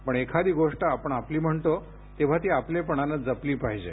पण एखादी गोष्ट आपण आपली म्हणतो तेव्हा ती आपलेपणानं जपली पाहिजे